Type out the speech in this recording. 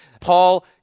Paul